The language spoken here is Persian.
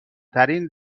ترین